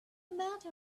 matter